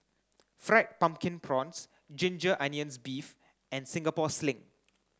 fried pumpkin prawns ginger onions beef and Singapore sling